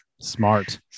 Smart